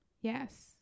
yes